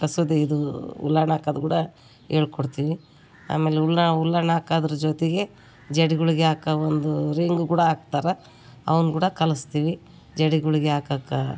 ಕಸೂತಿ ಇದು ಉಲ್ಲಾಣ್ ಹಾಕೋದು ಕೂಡ ಹೇಳ್ಕೊಡ್ತೀವಿ ಆಮೇಲೆ ಉಲ್ಲ ಉಲ್ಲಾಣ್ ಹಾಕದ್ರ್ ಜೊತೆಗೆ ಜಡೆಗಳಿಗ್ ಹಾಕೋ ಒಂದು ರಿಂಗ್ ಕೂಡ ಹಾಕ್ತಾರಾ ಅವುನ್ನ ಕೂಡ ಕಲಿಸ್ತೀವಿ ಜಡೆಗಳಿಗ್ ಹಾಕಾಕ